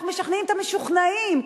אנחנו משכנעים את המשוכנעים.